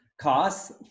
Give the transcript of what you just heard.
Cars